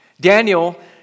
Daniel